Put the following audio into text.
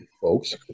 folks